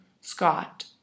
Scott